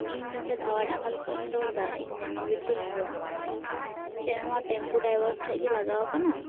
ᱤᱧ ᱱᱚᱰᱮ ᱫᱷᱟᱣᱟᱞ ᱰᱟᱝᱜᱟᱞ ᱠᱷᱚᱱᱤᱧ ᱨᱚᱲᱫᱟ ᱤᱧ ᱱᱮᱱᱳ ᱵᱤᱴᱤ ᱦᱮᱢᱵᱨᱚᱢ ᱪᱮᱫ ᱱᱚᱣᱟ ᱴᱮᱢᱯᱩ ᱰᱟᱭᱵᱷᱟᱨ ᱴᱷᱮᱱ ᱜᱮ ᱞᱟᱜᱟᱣ ᱠᱟᱱᱟ